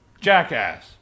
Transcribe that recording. Jackass